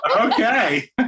Okay